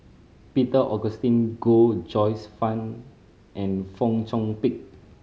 Peter Augustine Goh Joyce Fan and Fong Chong Pik